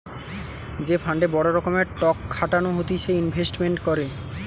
যে ফান্ডে বড় রকমের টক খাটানো হতিছে ইনভেস্টমেন্ট করে